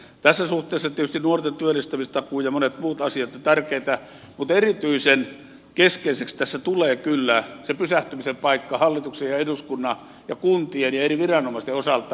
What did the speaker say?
tässä suhteessa tietysti nuorten työllistämistakuu ja monet muut asiat ovat tärkeitä mutta erityisen keskeiseksi tässä tulee kyllä se pysähtymisen paikka hallituksen ja eduskunnan ja kuntien ja eri viranomaisten osalta